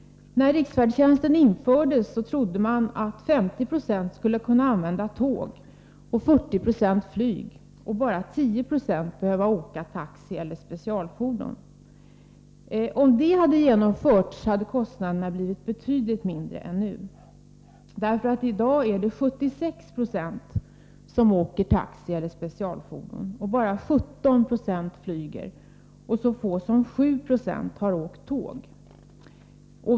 När riksfärdtjänsten infördes trodde man att 50 Zo av de handikappade skulle kunna använda tåg, 40 96 flyg och bara 10 96 behöva anlita taxi eller specialfordon. Om den fördelningen hade varit möjlig hade kostnaderna blivit betydligt mindre än nu. I dag är det 76 20 som anlitar taxi eller specialfordon, bara 17 90 flyg och så få som 7 26 tåg.